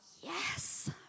yes